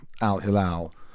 Al-Hilal